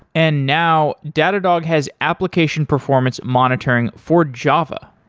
and now, datadog has application performance monitoring for java.